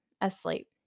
asleep